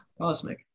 Cosmic